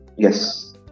Yes